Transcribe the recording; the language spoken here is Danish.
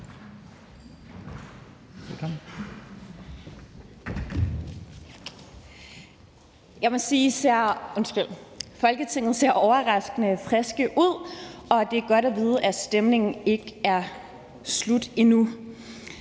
Folketinget ser overraskende friske ud, og det er godt at vide, at stemningen ikke er slut endnu.